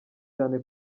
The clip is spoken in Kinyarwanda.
cyane